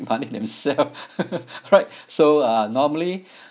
money themselves right so uh normally